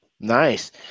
Nice